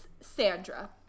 sandra